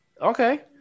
Okay